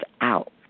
out